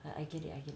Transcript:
I get it I get it